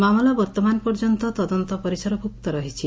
ମାମଲା ବର୍ଭମାନ ପର୍ଯ୍ୟନ୍ତ ତଦନ୍ତ ପରିସରଭ୍ବକ୍ତ ରହିଛି